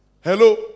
Hello